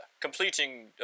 Completing